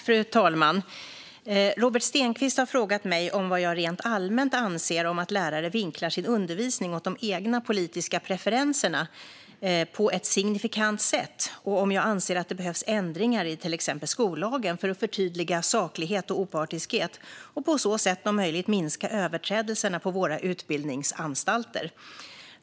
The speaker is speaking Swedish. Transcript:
Fru talman! har frågat mig vad jag rent allmänt anser om att lärare vinklar sin undervisning åt de egna politiska preferenserna på ett signifikant sätt, och om jag anser att det behövs ändringar i till exempel skollagen för att förtydliga saklighet och opartiskhet och på så sätt om möjligt minska överträdelserna på våra utbildningsanstalter.